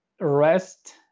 rest